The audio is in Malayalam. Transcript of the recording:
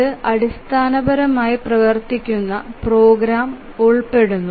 ഇത് അടിസ്ഥാനപരമായി പ്രവർത്തിക്കുന്ന പ്രോഗ്രാം ഉൾപ്പെടുന്നു